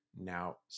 now